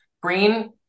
green